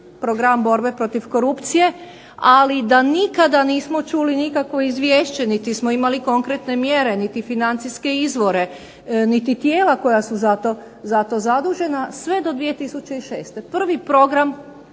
program borbe protiv korupcije, ali da nikada nismo čuli nikakvo izvješće niti smo imali konkretne mjere niti financijske izvore niti tijela koja su za to zadužena sve do 2006. Prvi program